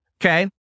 okay